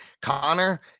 Connor